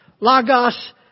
Lagos